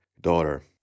daughter